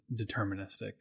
deterministic